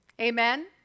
Amen